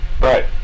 Right